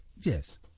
Yes